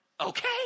Okay